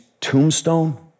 tombstone